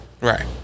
Right